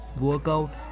workout